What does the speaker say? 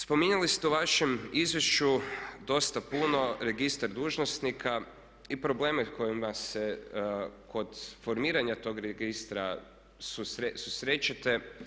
Spominjali ste u vašem izvješću dosta puno registar dužnosnika i probleme s kojima se kod formiranja tog registra susrećete.